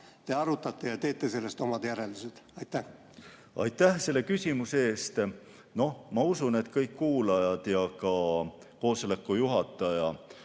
te arutate ja teete sellest omad järeldused. Aitäh selle küsimuse eest! Noh, ma usun, et kõik kuulajad ja ka koosoleku juhataja